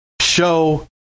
Show